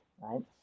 right